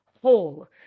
whole